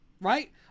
right